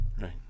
Right